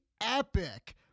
epic